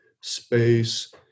space